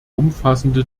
umfassende